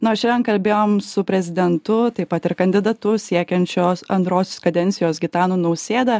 nors šiandien kalbėjom su prezidentu taip pat ir kandidatu siekiant šios antrosios kadencijos gitanu nausėda